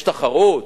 יש תחרות?